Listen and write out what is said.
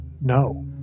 no